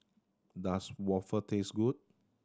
does waffle taste good